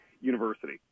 university